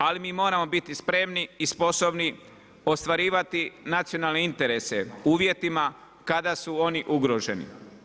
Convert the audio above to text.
Ali mi moramo biti spremni i sposobni ostvarivati nacionalne interese u uvjetima kada su oni ugroženi.